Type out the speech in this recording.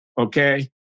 okay